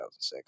2006